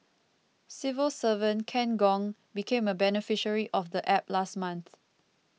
civil servant Ken Gong became a beneficiary of the App last month